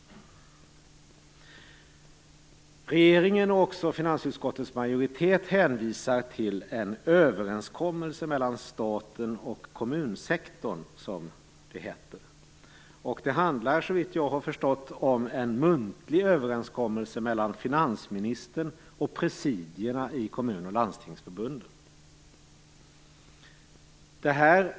Regeringen och finansutskottets majoritet hänvisar till en överenskommelse mellan staten och kommunsektorn, som det heter. Det handlar, såvitt jag har förstått, om en muntlig överenskommelse mellan finansministern och presidierna i kommun och landstingsförbunden.